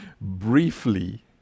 briefly